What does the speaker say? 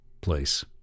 place